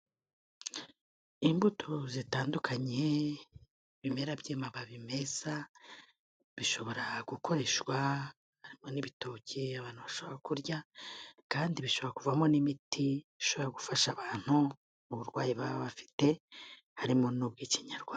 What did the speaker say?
Imbuto zitandukanye ibimera by'amababi meza bishobora gukoreshwa n'ibitoki abantu bashaka kurya kandi bishobora kuvamo n'imiti ishobora gufasha abantu mu burwayi baba bafite harimo n'ubw'ikinyarwanda.